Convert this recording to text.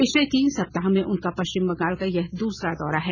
पिछले तीन सप्ताह में उनका पश्चिम बंगाल का यह दूसरा दौरा है